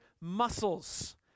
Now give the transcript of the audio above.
muscles